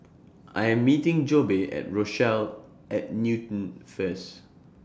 I Am meeting Jobe At Rochelle At Newton First